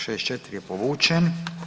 64 je povučen.